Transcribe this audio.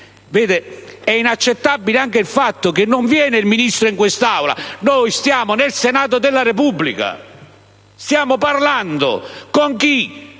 È inaccettabile anche il fatto che non viene il Ministro in questa Aula. Noi stiamo nel Senato della Repubblica. Stiamo parlando con chi